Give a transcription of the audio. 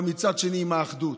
אבל מצד שני עם האחדות,